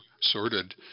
sorted